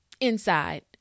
inside